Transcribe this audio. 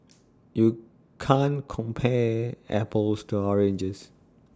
you can't compare apples to oranges